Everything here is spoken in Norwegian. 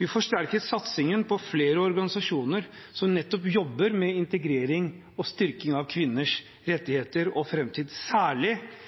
Vi forsterker satsingen på flere organisasjoner som jobber nettopp med integrering og styrking av kvinners rettigheter og framtid, særlig